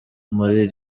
muri